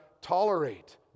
tolerate